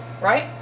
right